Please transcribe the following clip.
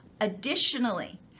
additionally